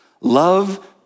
Love